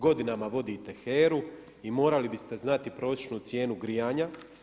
Godinama vodite HERA-u i morali biste znati prosječnu cijenu grijanja.